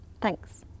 Thanks